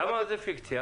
למה זה פיקציה?